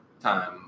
time